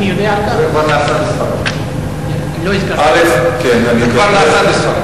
אני יודע על כך, זה כבר נעשה בספרד.